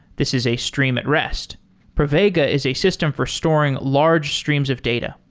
this is a stream at rest pravega is a system for storing large streams of data.